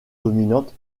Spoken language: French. dominante